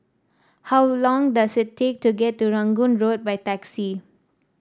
how long does it take to get to Rangoon Road by taxi